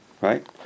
right